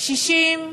קשישים,